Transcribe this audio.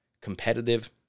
competitive